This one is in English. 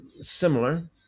similar